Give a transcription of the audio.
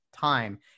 time